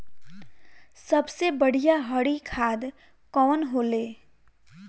सबसे बढ़िया हरी खाद कवन होले?